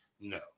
no